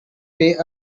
way